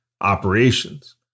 operations